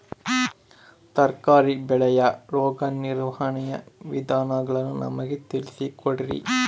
ತರಕಾರಿ ಬೆಳೆಯ ರೋಗ ನಿರ್ವಹಣೆಯ ವಿಧಾನಗಳನ್ನು ನಮಗೆ ತಿಳಿಸಿ ಕೊಡ್ರಿ?